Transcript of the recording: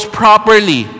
properly